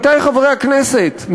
עמיתי חברי הכנסת,